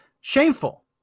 Shameful